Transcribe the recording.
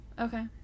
Okay